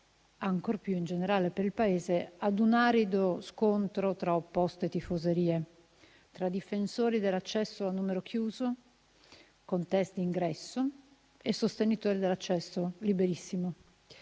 ancor più in generale per il Paese a un arido scontro tra opposte tifoserie, tra difensori dell'accesso a numero chiuso con *test* d'ingresso e sostenitori dell'accesso liberissimo.